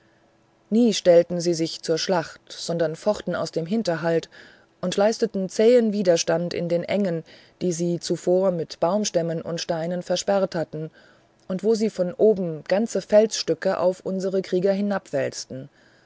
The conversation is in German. nie stellten sie sich zur schlacht sondern fochten aus dem hinterhalt und leisteten zähen widerstand in den engen die sie zuvor mit baumstämmen und steinen versperrt hatten und wo sie von oben ganze felsenstücke auf unsere krieger